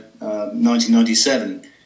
1997